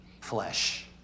flesh